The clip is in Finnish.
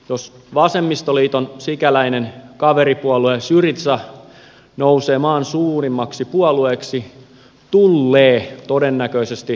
jos vasemmistoliiton sikäläinen kaveripuolue syriza nousee maan suurimmaksi puolueeksi tullee todennäköisesti tapahtumaan seuraavaa